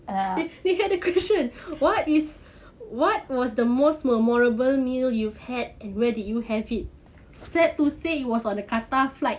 we had a question what is what was the most memorable meal you've had and where did you have it sad to say it was on the qatar flight I agree